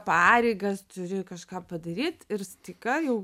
pareigas turi kažką padaryt ir staiga jau